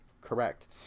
correct